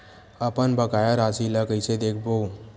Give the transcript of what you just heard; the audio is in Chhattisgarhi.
अपन बकाया राशि ला कइसे देखबो?